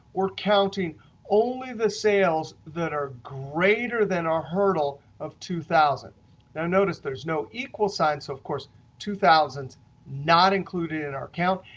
we're counting only the sales that are greater than our hurdle of two thousand now, notice there's no equal sign, so of course two thousand is not included in our count.